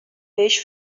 بهش